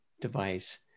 device